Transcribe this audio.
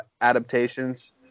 adaptations